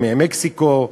ממקסיקו,